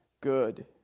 good